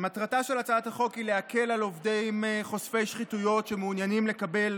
מטרתה של הצעת החוק היא להקל על עובדים חושפי שחיתויות שמעוניינים לקבל